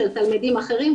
של תלמידים אחרים,